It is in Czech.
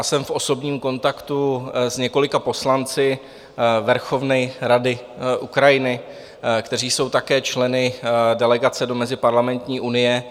Jsem v osobním kontaktu s několika poslanci Verchovné rady Ukrajiny, kteří jsou také členy delegace do Meziparlamentní unie.